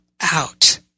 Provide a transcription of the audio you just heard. out